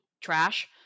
trash